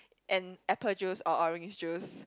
and apple juice or orange juice